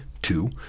Two